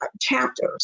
chapters